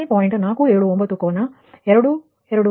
479 ಕೋನ 220